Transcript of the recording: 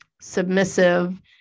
submissive